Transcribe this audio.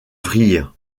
vrille